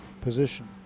position